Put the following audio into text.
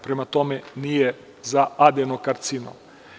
Prema tome, nije za adenokarcinom.